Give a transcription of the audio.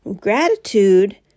Gratitude